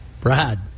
Brad